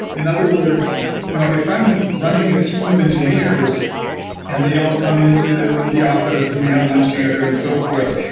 in other words, if i'm running a team of engineers and they all come into the office and we have lunch together and so forth.